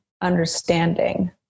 understanding